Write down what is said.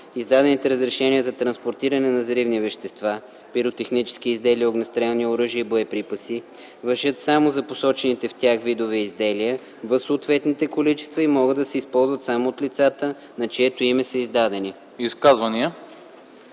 Издадените разрешения за транспортиране на взривни вещества, пиротехнически изделия, огнестрелни оръжия и боеприпаси важат само за посочените в тях видове изделия в съответните количества и могат да се използват само от лицата, на чието име са издадени.”